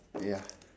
ya